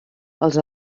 els